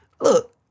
Look